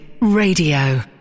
Radio